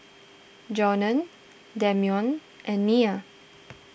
Johnna Damion and Nia